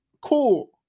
cool